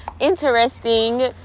interesting